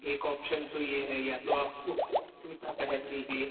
एक ऑप्शन तो ये है या तो आप ओह जूता पहन लीजिए